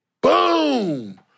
boom